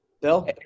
Bill